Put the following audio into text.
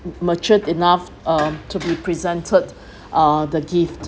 matured enough um to be presented uh the gift